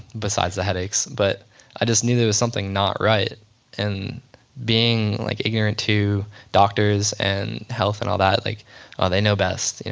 besides the headaches. but i just knew there was something not right and being like ignorant to doctors and health and all that, like ah they know best.